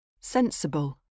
sensible